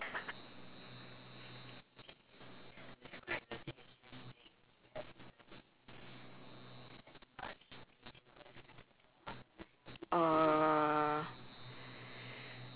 uh